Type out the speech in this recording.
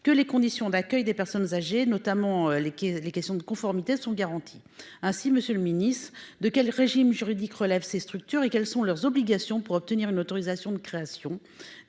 que les conditions d'accueil des personnes âgées notamment les qui les questions de conformité sont garantis. Ainsi, Monsieur le Ministre, de quel régime juridique relève ses structures et quelles sont leurs obligations pour obtenir une autorisation de création